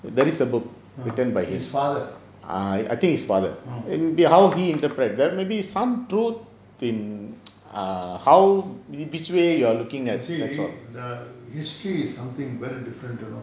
his father mm you see in the history something very different you know